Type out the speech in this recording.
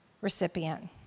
recipient